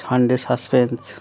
Sunday suspense